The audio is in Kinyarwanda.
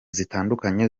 zitandukanye